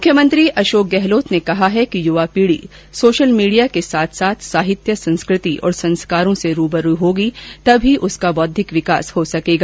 मुख्यमंत्री अशोक गहलोत ने कहा कि युवा पीढ़ी सोशल मीडिया के साथ साथ साहित्य संस्कृति और संस्कारों से रूबरू होगी तब ही उनका बौद्विक विकास सकेगा